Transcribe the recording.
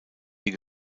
ihr